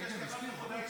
ביקשתי הודעה אישית.